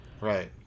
Right